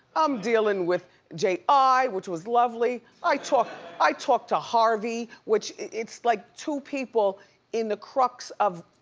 i'm dealing with j i, which was lovely. i talked i talked to harvey, which it's like two people in the crux of